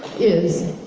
is,